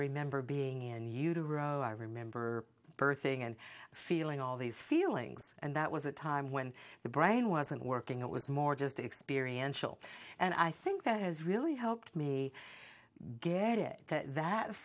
remember being in utero i remember birthing and feeling all these feelings and that was a time when the brain wasn't working it was more just experience and i think that has really helped me get it that